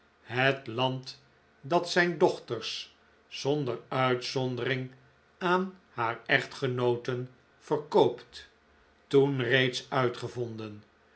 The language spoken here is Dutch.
het land dat zijn dochters zonder uitzondering aan haar echtgenooten verkoopt toen reeds uitgevonden